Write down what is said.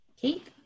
Kate